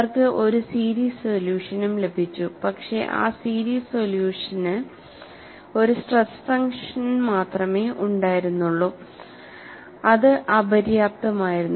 അവർക്ക് ഒരു സീരീസ് സൊല്യൂഷനും ലഭിച്ചു പക്ഷേ ആ സീരീസ് സൊല്യൂഷന് ഒരു സ്ട്രെസ് ഫംഗ്ഷൻ മാത്രമേ ഉണ്ടായിരുന്നുള്ളൂ Z അത് അപര്യാപ്തമായിരുന്നു